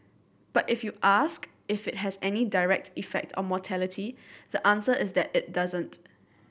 but if you ask if it has any direct effect on mortality the answer is that it doesn't